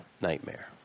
nightmare